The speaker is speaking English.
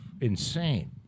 insane